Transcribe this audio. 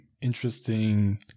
interesting